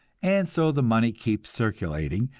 and so the money keeps circulating,